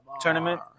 tournament